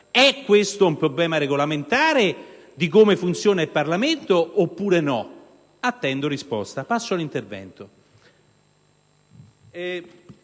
È questo un problema regolamentare, su come funziona il Parlamento, oppure no? Attendo risposta e passo ora all'intervento.